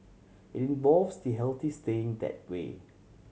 it involves the healthy staying that way